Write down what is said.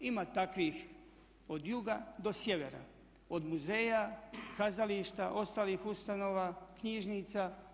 Ima takvih od juga do sjevera, od muzeja, kazališta, ostalih ustanova, knjižnica.